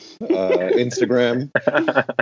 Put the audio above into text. instagram